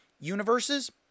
universes